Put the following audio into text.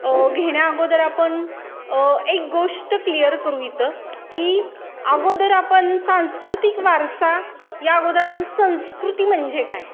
घेण्याअगोदर आपण एक गोष्ट क्लिअर करू इथं की अगोदर आपण सांस्कृतिक वारसा या अगोदर आपण संस्कृती म्हणजे काय